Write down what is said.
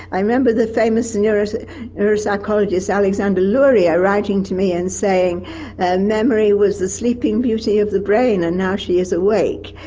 i remember the famous and neuropsychologist alexander luria writing to me and saying and memory was the sleeping beauty of the brain and now she is awake.